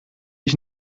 ich